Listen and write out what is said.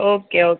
okay okay